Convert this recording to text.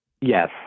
Yes